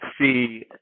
see